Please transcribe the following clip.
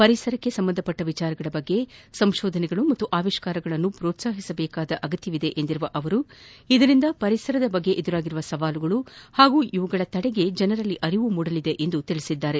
ಪರಿಸರಕ್ಕೆ ಸಂಬಂಧಿಸಿದ ವಿಷಯಗಳ ಬಗ್ಗೆ ಸಂಶೋಧನೆ ಮತ್ತು ಆವಿಷ್ಕಾರಗಳನ್ನು ಪ್ರೋತ್ಪಾಹಿಸುವ ಅಗತ್ಯವಿದೆ ಎಂದಿರುವ ಅವರು ಇದರಿಂದ ಪರಿಸರ ಕುರಿತಂತೆ ಎದುರಾಗಿರುವ ಸವಾಲುಗಳು ಹಾಗೂ ಇವುಗಳ ತಡೆಗೆ ಜನರಲ್ಲಿ ಅರಿವು ಮೂಡಲಿದೆ ಎಂದು ಹೇಳಿದ್ದಾರೆ